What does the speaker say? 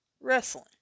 wrestling